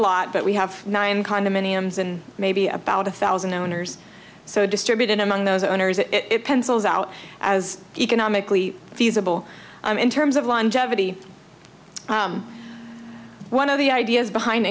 lot but we have nine condominiums and maybe about a thousand owners so distributed among those owners that it pencils out as economically feasible i'm in terms of longevity one of the ideas behind